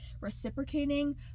reciprocating